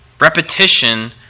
Repetition